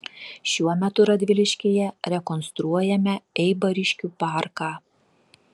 šiuo metu radviliškyje rekonstruojame eibariškių parką